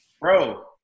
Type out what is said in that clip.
Bro